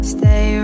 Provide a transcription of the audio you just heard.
Stay